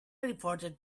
reported